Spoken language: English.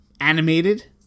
animated